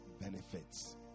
benefits